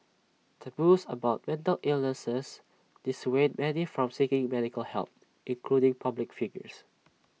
taboos about mental illness dissuade many from seeking medical help including public figures